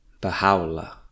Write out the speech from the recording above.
Baha'u'llah